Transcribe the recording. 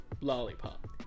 lollipop